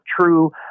true